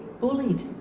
Bullied